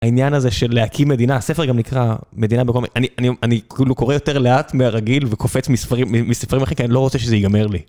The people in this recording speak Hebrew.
העניין הזה של להקים מדינה, הספר גם נקרא מדינה... אני קורא יותר לאט מהרגיל וקופץ מספרים אחרי כי אני לא רוצה שזה ייגמר לי.